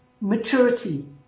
maturity